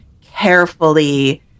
carefully